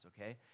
okay